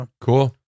Cool